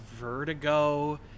Vertigo